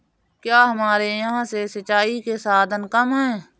क्या हमारे यहाँ से सिंचाई के साधन कम है?